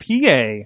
PA